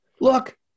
Look